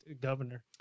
governor